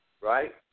Right